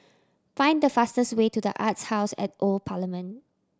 find the fastest way to The Arts House at the Old Parliament